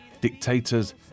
dictators